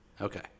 Okay